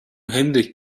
henrik